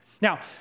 Now